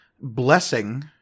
blessing